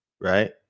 right